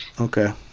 Okay